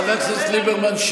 חבר הכנסת ליברמן,